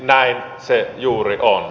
näin se juuri on